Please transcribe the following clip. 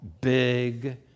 big